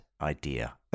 idea